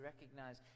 recognize